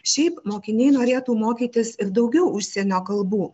šiaip mokiniai norėtų mokytis ir daugiau užsienio kalbų